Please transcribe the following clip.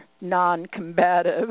non-combative